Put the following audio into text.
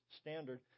standard